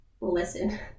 listen